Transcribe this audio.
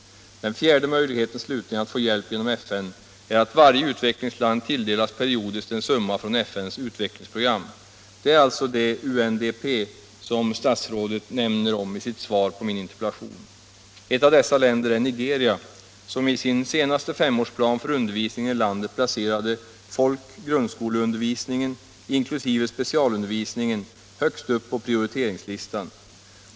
Den fjärde möjligheten slutligen att få hjälp genom FN är att varje utvecklingsland periodiskt tilldelas en summa från FN:s utvecklingsprogram. Det är alltså det UNDP som statsrådet omnämner i sitt svar på min interpellation. Ett av dessa länder är Nigeria, som i sin senaste femårsplan för undervisningen i landet placerade folk/grundskoleundervisningen och specialundervisningen högst på prioriteringslistan.